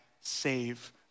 save